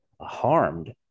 harmed